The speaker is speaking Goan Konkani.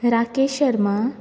राकेश शर्मा